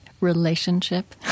relationship